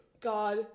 God